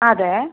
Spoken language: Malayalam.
അതെ